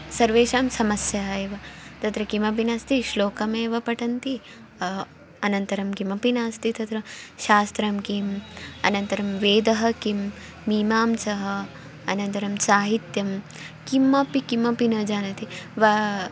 सर्वेषां समस्याः एव तत्र किमपि नास्ति श्लोकमेव पठन्ति अनन्तरं किमपि नास्ति तत्र शास्त्रं किं अनन्तरं वेदः किं मीमांसा अनन्तरं साहित्यं किमपि किमपि न जानाति वा